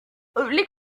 les